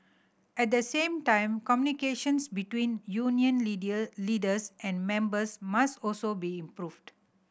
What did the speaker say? at the same time communication between union leaders and members must also be improved